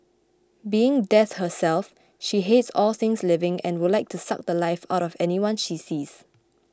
being Death herself she hates all things living and would like to suck the Life out of anyone she sees